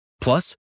Plus